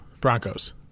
Broncos